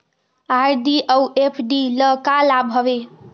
RD अऊ FD ल का लाभ हवे?